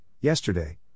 yesterday